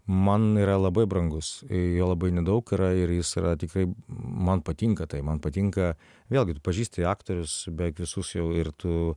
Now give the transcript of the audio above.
man yra labai brangus jo labai nedaug yra ir jis yra tikrai man patinka tai man patinka vėlgi tu pažįsti aktorius beveik visus jau ir tu